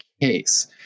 case